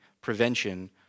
prevention